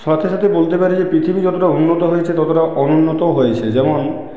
সাথে সাথে বলতে পারি যে পৃথিবী যতটা উন্নত হয়েছে ততটা অনুন্নতও হয়েছে যেমন